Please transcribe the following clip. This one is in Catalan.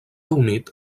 humit